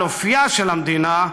על אופייה של המדינה,